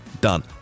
done